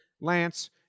lance